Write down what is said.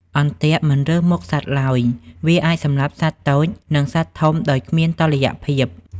អន្ទាក់មិនរើសមុខសត្វឡើយ វាអាចសម្លាប់សត្វតូច និងសត្វធំដោយគ្មានតុល្យភាព។